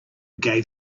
gave